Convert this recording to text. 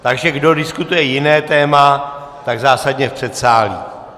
Takže kdo diskutuje jiné téma, tak zásadně v předsálí.